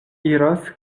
iras